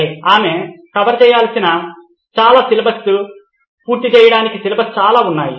సరే ఆమె పూర్తి చేయడానికి చాలా సిలబస్ పూర్తి చేయడానికి సిలబస్ చాలా ఉన్నాయి